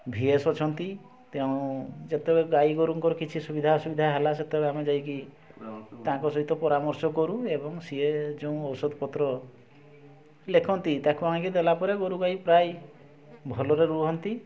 ଭି S ଅଛନ୍ତି ତେଣୁ ଯେତେବେଳେ ଗାଈ ଗୋରୁଙ୍କର କିଛି ସୁବିଧା ଅସୁବିଧା ହେଲା ସେତେବେଳେ ଆମେ ଯାଇକି ତାଙ୍କ ସହିତ ପରାମର୍ଶ କରୁ ଏବଂ ସିଏ ଯେଉଁ ଔଷଧ ପତ୍ର ଲେଖନ୍ତି ତାଙ୍କୁ ଆଣିକି ଦେଲା ପରେ ଗୋରୁ ଗାଈ ପ୍ରାୟେ ଭଲରେ ରୁହନ୍ତି